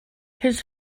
his